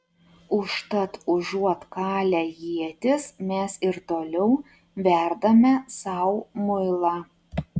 užtat užuot kalę ietis mes ir toliau verdame sau muilą